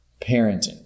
parenting